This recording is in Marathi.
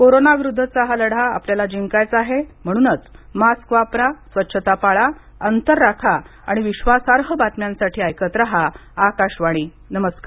कोरोना विरुद्धचा हा लढा आपल्याला जिंकायचा आहे म्हणूनच मास्क वापरा स्वच्छता पाळा अंतर राखा आणि विश्वासार्ह बातम्यांसाठी ऐकत रहा आकाशवाणी नमस्कार